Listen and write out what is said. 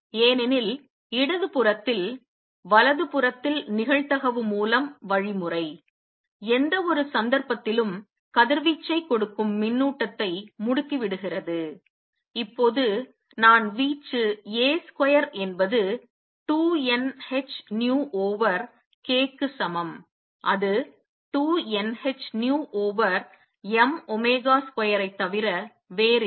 ஏனெனில் இடது புறத்தில் வலது புறத்தில் நிகழ்தகவு மூலம் வழிமுறை எந்தவொரு சந்தர்ப்பத்திலும் கதிர்வீச்சைக் கொடுக்கும் மின்னூட்டத்தை முடுக்கிவிடுகிறது இப்போது நான் வீச்சு A ஸ்கொயர் என்பது 2 n h nu over k க்கு சமம் அது 2 n h nu over m omega square ஐத் தவிர வேறில்லை